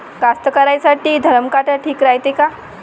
कास्तकाराइसाठी धरम काटा ठीक रायते का?